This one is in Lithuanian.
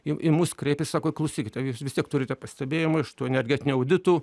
jau į mus kreipiasi sako klausykite jūs vis tiek turite pastebėjimų šitų energetinių auditų